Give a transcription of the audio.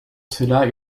cela